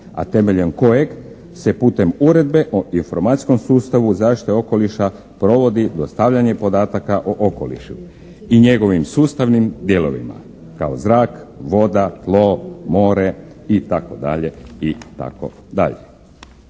a temeljem kojeg se putem Uredbe o informacijskom sustavu zaštite okoliša provodi dostavljanje podataka o okolišu i njegovim sustavnim dijelovima kao zrak, voda, tlo, more itd.